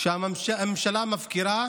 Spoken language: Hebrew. שהממשלה מפקירה